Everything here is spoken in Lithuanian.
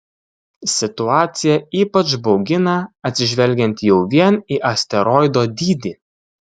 situacija ypač baugina atsižvelgiant jau vien į asteroido dydį